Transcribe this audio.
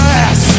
ass